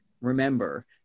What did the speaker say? remember